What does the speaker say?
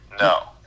No